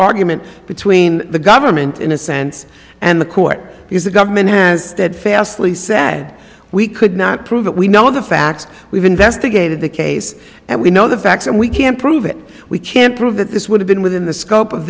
argument between the government in a sense and the court because the government has steadfastly sad we could not prove it we know the facts we've investigated the case and we know the facts and we can prove it we can prove that this would have been within the scope of